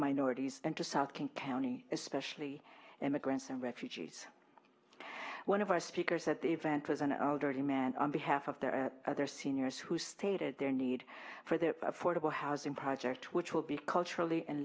king county especially immigrants and refugees one of our speakers at the event was an elderly man on behalf of their other seniors who stated their need for their affordable housing project which will be culturally and